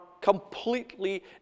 completely